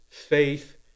Faith